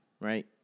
right